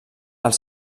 els